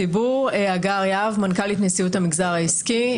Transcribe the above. הגר יהב, מנכ"לית נשיאות המגזר העסקי.